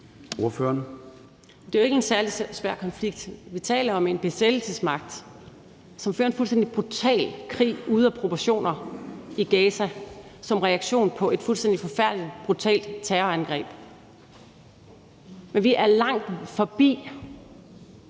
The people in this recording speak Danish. Det er jo ikke en særlig svær konflikt. Vi taler om en besættelsesmagt, som fører en fuldstændig brutal krig ude af proportioner i Gaza som reaktion på et fuldstændig forfærdeligt og brutalt terrorangreb. Men vi er langt forbi